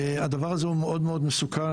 הדבר הזה הוא מאוד מאוד מסוכן.